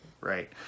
Right